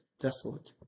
desolate